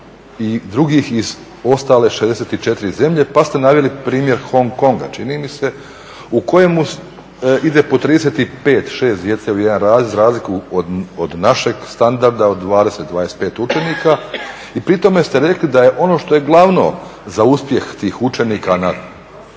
i drugih iz ostale 64 zemlje, pa ste naveli primjer Hong Konga čini mi se u kojemu ide po 35, šest djece u jedan razred za razliku od našeg standarda od 20, 25 učenika i pri tome ste rekli da je ono što je glavno za uspjeh tih učenika na